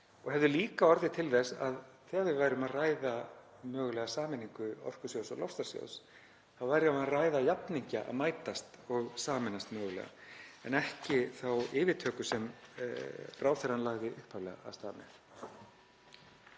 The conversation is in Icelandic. og hefðu líka orðið til þess að þegar við værum að ræða mögulega sameiningu Orkusjóðs og loftslagssjóðs þá værum við að ræða jafningja að mætast og sameinast mögulega, en ekki þá yfirtöku sem ráðherrann lagði upphaflega af stað